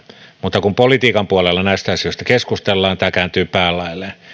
mutta kun politiikan puolella näistä asioista keskustellaan tämä kääntyy päälaelleen